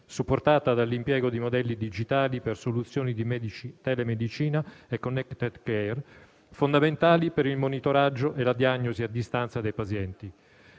supportata dall'impiego di modelli digitali per soluzioni di telemedicina e *connected care,* fondamentali per il monitoraggio e la diagnosi a distanza dei pazienti.